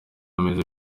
ameze